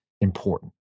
important